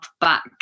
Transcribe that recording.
back